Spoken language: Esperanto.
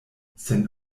sen